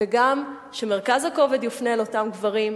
וגם הפניית מרכז הכובד אל אותם גברים,